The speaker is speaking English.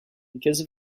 because